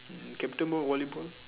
captain ball volleyball